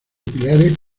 pilares